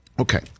Okay